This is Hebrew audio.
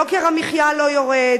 יוקר המחיה לא יורד,